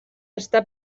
està